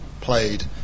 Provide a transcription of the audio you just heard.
played